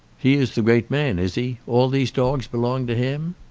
he is the great man, is he? all these dogs belong to him?